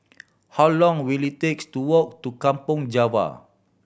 how long will it takes to walk to Kampong Java